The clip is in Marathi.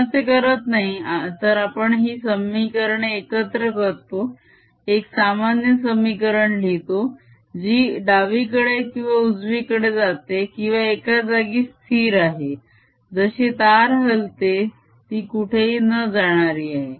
आपण असे करत नाही तर आपण ही समीकरणे एकत्र करतो एक सामान्य समीकरण लिहितो जी डावीकडे किंवा उजवीकडे जाते किंवा एका जागी स्थिर आहे जशी तार हलते तशी कुठेही न जाणारी आहे